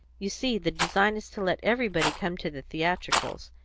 you see, the design is to let everybody come to the theatricals,